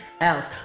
else